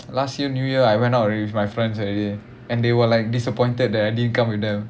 last year new year I went out already with my friends already and they were like disappointed that I didn't come with them